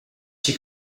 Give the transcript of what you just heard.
she